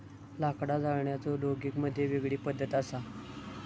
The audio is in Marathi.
लाकडा जाळण्याचो लोगिग मध्ये वेगळी पद्धत असा